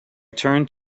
turned